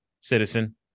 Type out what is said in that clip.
citizen